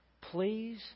please